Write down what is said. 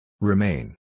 Remain